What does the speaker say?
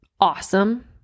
awesome